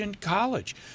college